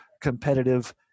competitive